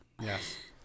yes